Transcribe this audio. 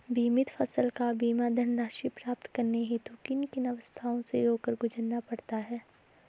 बीमित फसल का बीमा धनराशि प्राप्त करने हेतु किन किन अवस्थाओं से होकर गुजरना पड़ता है?